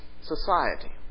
society